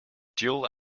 dual